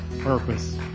purpose